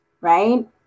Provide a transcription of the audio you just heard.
right